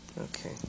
Okay